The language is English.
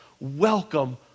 welcome